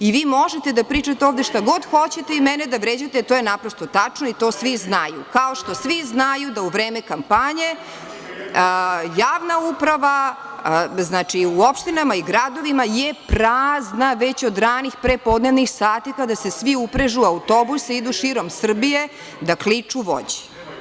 Vi možete da pričate ovde šta god hoćete i mene da vređate, to je naprosto tačno i to svi znaju, kao što svi znaju da u vreme kampanje javna uprava u opštinama i gradovima je prazna veće od ranih pre podnevnih sati kada se svi uprežu, autobusi idu širom Srbije da kliču vođi.